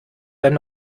wenn